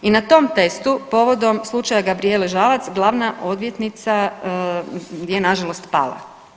I na tom testu povodom slučaja Gabrijele Žalac glavna odvjetnica je na žalost pala.